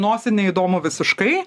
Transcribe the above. nosį neįdomu visiškai